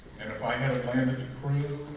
and if i had landed the crew